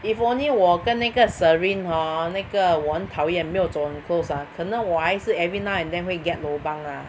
if only 我跟那个 Serene hor 那个我很讨厌没有走很 close ah 可能我还是 every now and then 会 get lobang lah